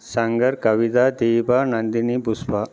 Shankar Kavitha Deepa Nandini Pushpa